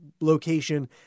location